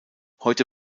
heute